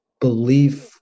belief